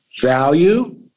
value